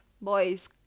boys